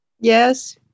yes